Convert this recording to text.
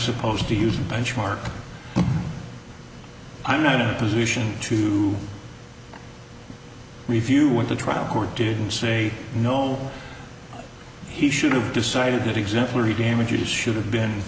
supposed to use a benchmark i'm not in a position to review went to trial court didn't say no he should have decided that exemplary damages should have been